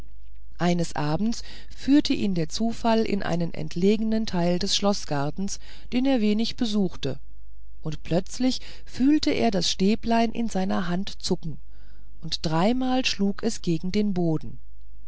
eines abends führte ihn der zufall in einen entlegenen teil des schloßgartens den er wenig besuchte und plötzlich fühlt er das stäblein in seiner hand zucken und dreimal schlug es gegen den boden